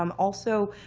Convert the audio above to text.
um also,